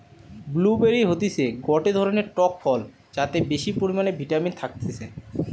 blue বেরি হতিছে গটে ধরণের টক ফল যাতে বেশি পরিমানে ভিটামিন থাকতিছে